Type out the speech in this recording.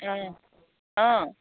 অঁ অঁ